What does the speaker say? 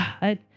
God